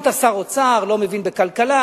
שמת שר אוצר לא מבין בכלכלה,